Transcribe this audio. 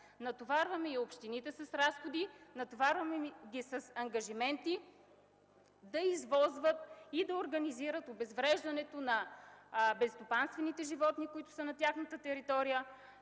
Натоварваме и общините с разходи, натоварваме ги с ангажименти да извозват и да организират обезвреждането на безстопанствените животни, които са на тяхна територия,